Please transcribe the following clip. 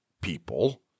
people